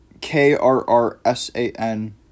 K-R-R-S-A-N